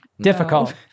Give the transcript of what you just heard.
Difficult